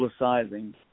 publicizing